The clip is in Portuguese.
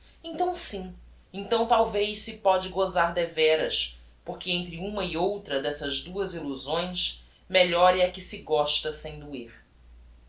então sim então talvez se póde gozar deveras porque entre uma e outra dessas duas illusões melhor é a que se gosta sem doer